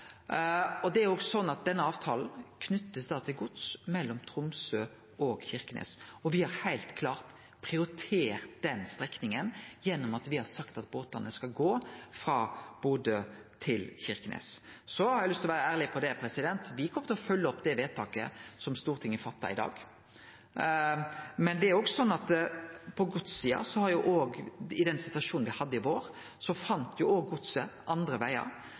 og den avtalen blir da knytt til gods mellom Tromsø og Kirkenes. Me har heilt klart prioritert den strekninga gjennom at me har sagt at båtane skal gå frå Bodø til Kirkenes. Så har eg lyst til å vere ærleg på dette: Me kjem til å følgje opp det vedtaket som Stortinget fattar i dag, men det er òg slik at i den situasjonen me hadde i vår, fann godset andre vegar. Det er riktig som representanten Nævra sa, at ein fann andre vegar